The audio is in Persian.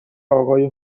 اقای